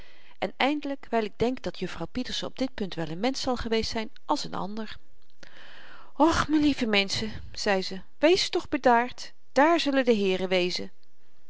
en eindelyk wyl ik denk dat juffrouw pieterse op dit punt wel n mensch zal geweest zyn als n ander och me lieve menschen zei ze wees toch bedaard daar zullen de heeren wezen